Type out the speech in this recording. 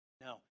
No